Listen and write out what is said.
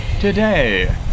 today